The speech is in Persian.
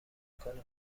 کنم